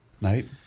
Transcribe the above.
Night